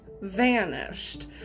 vanished